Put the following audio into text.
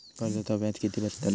कर्जाचा व्याज किती बसतला?